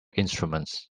instruments